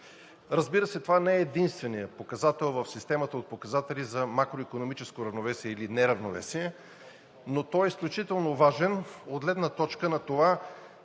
Разбира се, това не е единственият показател в системата от показатели за макроикономическо равновесие или неравновесие, но той е изключително важен от гледна точка на това